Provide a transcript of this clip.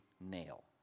nail